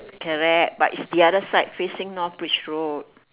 correct but it's the other side facing north bridge road